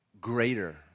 greater